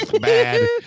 bad